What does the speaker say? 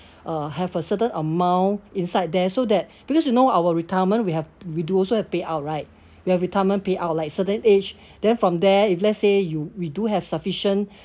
uh have a certain amount inside there so that because you know our retirement we have we do also have payout right we have retirement payout like certain age then from there if let's say you we do have sufficient